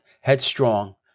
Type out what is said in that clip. Headstrong